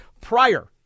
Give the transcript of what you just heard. prior